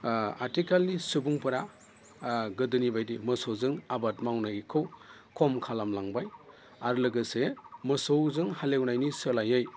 आथिखालनि सुबुंफोरा गोदोनि बायदि मोसौजों आबाद मावनायखौ खम खालाम लांबाय आरो लोगोसे मोसौजों हालेवनायनि सोलायै